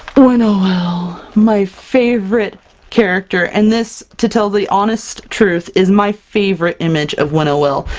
winnowill! my favorite character, and this to tell the honest truth, is my favorite image of winnowill!